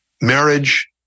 Marriage